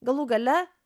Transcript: galų gale